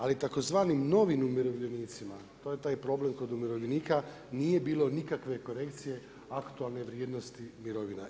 Ali, tzv. novim umirovljenicima, to je taj problem kod umirovljenika nije bilo nikakve korekcije aktualne vrijednosti imovina.